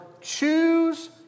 choose